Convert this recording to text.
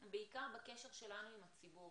בעיקר בקשר שלנו עם הציבור.